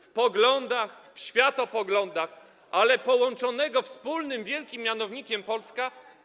w poglądach, w światopoglądach, ale połączonego wspólnym wielkim mianownikiem - Polska.